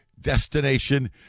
Destination